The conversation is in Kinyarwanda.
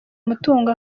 umutungo